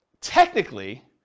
technically